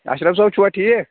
اَشرف صٲب چھُوا ٹھیٖک